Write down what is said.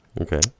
Okay